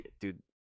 Dude